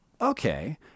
okay